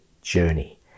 journey